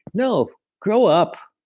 no, grow up.